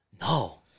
No